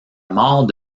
mort